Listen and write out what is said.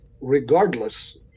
regardless